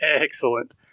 Excellent